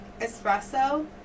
Espresso